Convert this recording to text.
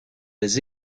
with